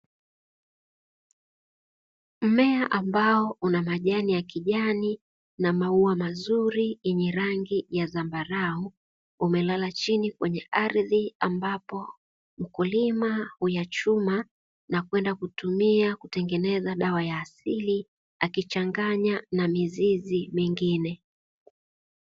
Mmea ambao una majani ya kijani na maua mazuri yenye rangi ya zambarau, umelala chini kwenye ardhi ambapo, mkulima huyachuma na kwenda kutengeneza dawa ya asili akichanganya na mizizi mingine.